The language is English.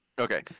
Okay